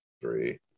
three